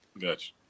Gotcha